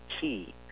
key